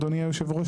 אדוני היו"ר,